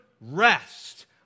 rest